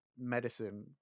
medicine